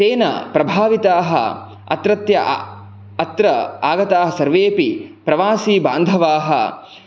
तेन प्रभाविताः अत्रत्य अत्र आगताः सर्वेपि प्रवासीबान्धवाः